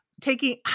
taking